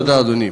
תודה, אדוני.